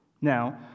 Now